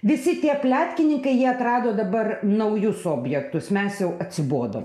visi tie pletkininkai jie atrado dabar naujus objektus mes jau atsibodom